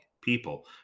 people